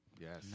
Yes